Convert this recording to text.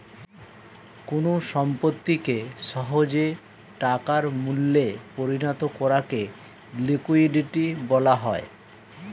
কোন সম্পত্তিকে সহজে টাকার মূল্যে পরিণত করাকে লিকুইডিটি বলা হয়